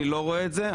אני לא רואה את זה.